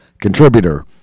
contributor